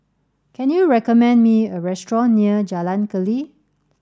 can you recommend me a restaurant near Jalan Keli